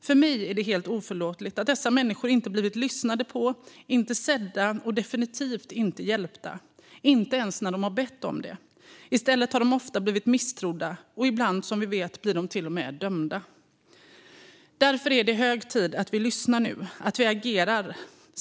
För mig är det helt oförlåtligt att dessa människor inte blivit lyssnade på, inte sedda och definitivt inte hjälpta, inte ens när de bett om det. I stället har de ofta blivit misstrodda. Ibland blir de, som vi vet, till och med dömda. Därför är det hög tid att vi lyssnar nu och att vi agerar.